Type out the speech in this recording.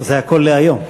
זה הכול להיום.